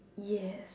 yes